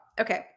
Okay